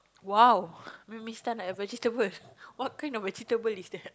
!wow! we may stand like a vegetable what kind of vegetable is that